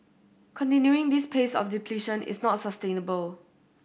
continuing this pace of depletion is not sustainable